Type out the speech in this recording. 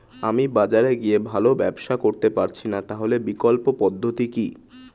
আমি বাজারে গিয়ে ভালো ব্যবসা করতে পারছি না তাহলে বিকল্প পদ্ধতি কি?